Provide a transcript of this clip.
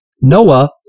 Noah